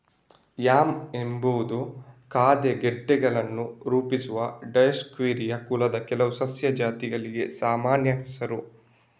yam ಎಂಬುದು ಖಾದ್ಯ ಗೆಡ್ಡೆಗಳನ್ನು ರೂಪಿಸುವ ಡಯೋಸ್ಕೋರಿಯಾ ಕುಲದ ಕೆಲವು ಸಸ್ಯ ಜಾತಿಗಳಿಗೆ ಸಾಮಾನ್ಯ ಹೆಸರು